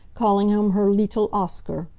calling him her lee-tel oscar.